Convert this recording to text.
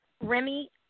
Remy